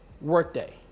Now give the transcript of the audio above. Workday